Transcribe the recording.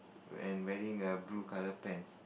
and wearing a blue color pants